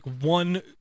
one